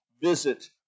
visit